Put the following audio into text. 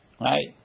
Right